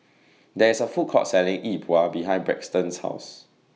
There IS A Food Court Selling Yi Bua behind Braxton's House